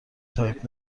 تایپ